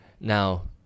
Now